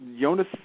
Jonas